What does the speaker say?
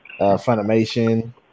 Funimation